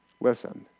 Listen